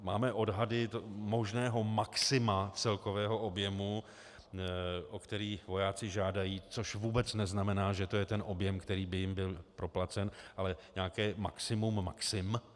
Máme odhady možného maxima celkového objemu, o který vojáci žádají, což vůbec neznamená, že to je ten objem, který by jim byl proplacen, ale nějaké maximum maxim.